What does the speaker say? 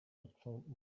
nothing